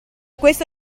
questo